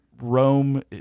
Rome